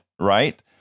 Right